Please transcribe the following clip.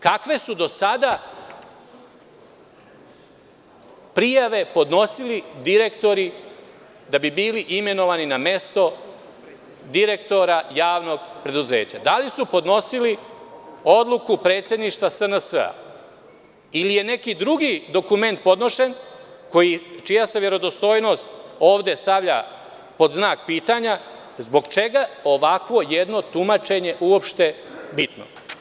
Kakve su do sada prijave podnosili direktori da bi bili imenovani na mesto direktora javnog preduzeća i da li su podnosili odluku predsedništva SNS, ili je neki drugi dokument podnošen, čija se verodostojnost ovde stavlja pod znak pitanja, zbog čega ovakvo jedno tumačenje uopšte jeste bitno?